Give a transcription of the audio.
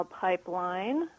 pipeline